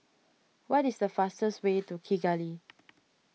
what is the fastest way to Kigali